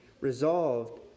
resolved